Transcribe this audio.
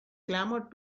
clamored